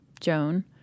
Joan